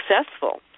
successful